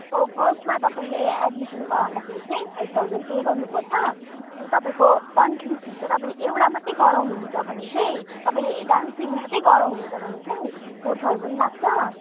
फर्स्टमा तपाईँले एडमिसन गराउँदाखेरि चाहिँ फाइभ थाउजन पे गर्नुपर्छ तपाईँको मन्थली फी चाहिँ तपाईँले एउटा मात्रै गराउनुहुन्छ भने चाहिँ तपाईँले डान्सिङ मात्रै गराउनुहुन्छ भने चाहिँ फोर थाउजन लाग्छ